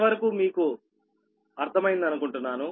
ఇంత వరకు మీరు అర్థం చేసుకున్నారా